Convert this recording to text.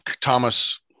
Thomas